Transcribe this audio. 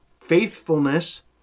faithfulness